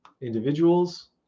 individuals